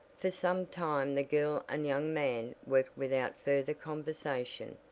for some time the girl and young man worked without further conversation.